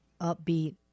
upbeat